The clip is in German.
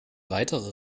weitere